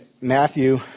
Matthew